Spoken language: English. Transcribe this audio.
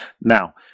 Now